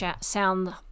sound